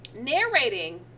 narrating